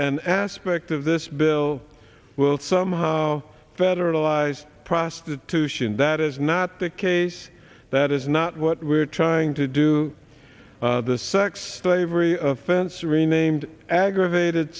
an aspect of this bill will somehow federalize prostitution that is not the case that is not what we're trying to do the sex slavery of fence renamed aggravated